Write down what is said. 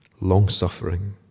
long-suffering